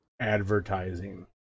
Advertising